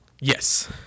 Yes